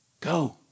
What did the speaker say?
go